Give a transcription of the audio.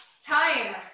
time